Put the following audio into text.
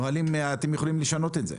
נהלים אתם יכולים לשנות.